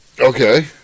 Okay